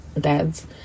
dads